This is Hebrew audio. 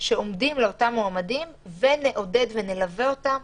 שעומדים לאותם מועמדים ונעודד, ונלווה אותם,